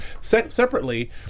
separately